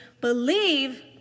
believe